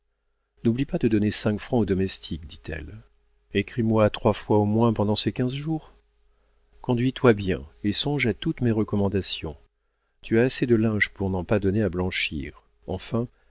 n'oublie pas de donner cinq francs aux domestiques dit-elle écris-moi trois fois au moins pendant ces quinze jours conduis toi bien et songe à toutes mes recommandations tu as assez de linge pour n'en pas donner à blanchir enfin